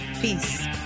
Peace